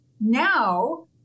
now